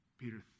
peter